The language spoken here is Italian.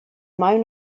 mai